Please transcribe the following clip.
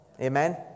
Amen